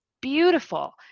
beautiful